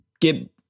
get